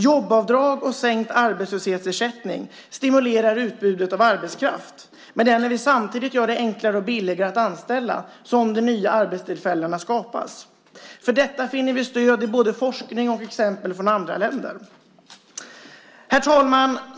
Jobbavdrag och sänkt arbetslöshetsersättning stimulerar utbudet av arbetskraft, men det är när vi samtidigt gör det enklare och billigare att anställa som de nya arbetstillfällena skapas. För detta finner vi stöd både i forskning och i exempel från andra länder. Herr talman!